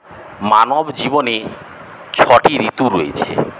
মানবজীবনে ছটি ঋতু রয়েছে